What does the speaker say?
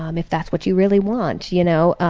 um if that's what you really want, you know.